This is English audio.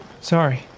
Sorry